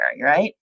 right